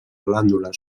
glàndula